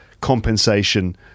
compensation